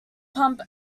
pump